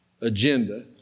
agenda